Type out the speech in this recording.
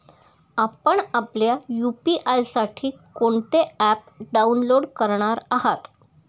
आपण आपल्या यू.पी.आय साठी कोणते ॲप डाउनलोड करणार आहात?